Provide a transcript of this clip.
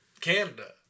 Canada